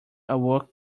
awoke